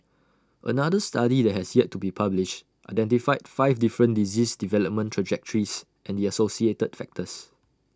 another study that has yet to be published identified five different disease development trajectories and the associated factors